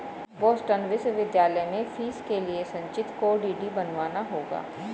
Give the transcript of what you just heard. Boston विश्वविद्यालय में fees के लिए संचित को डी.डी बनवाना होगा